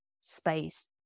space